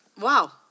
Wow